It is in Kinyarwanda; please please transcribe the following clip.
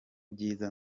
byiza